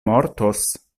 mortos